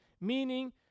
meaning